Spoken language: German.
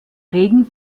regen